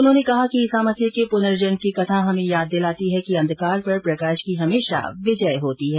उन्होंने कहा कि ईसा मसीह के पुर्नजन्म की कथा हमें याद दिलाती है कि अंधकार पर प्रकाश की हमेशा विजय होती है